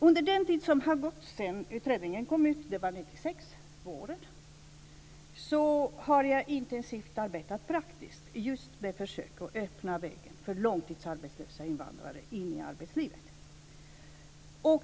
Under den tid som har gått sedan utredningen kom, våren 1996, har jag intensivt arbetat praktiskt just med försök att öppna vägen för långtidsarbetslösa invandrare in i arbetslivet.